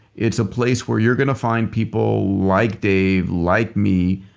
it's a place where you're going to find people like dave, like me,